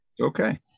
Okay